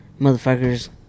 motherfucker's